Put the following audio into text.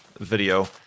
video